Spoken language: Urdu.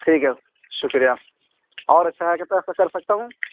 ٹھیک ہے شکریہ اور سہایتا کر سکتا ہوں